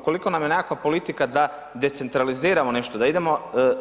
Ukoliko nam je nekakva politika da decentraliziramo nešto, da idemo